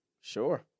Sure